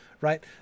right